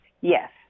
Yes